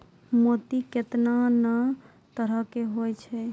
मोती केतना नै तरहो के होय छै